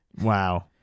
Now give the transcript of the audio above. Wow